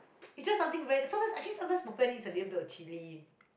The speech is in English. is just something where this sometimes I think actually sometimes popiah need a little bit of chilli